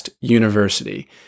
university